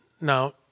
now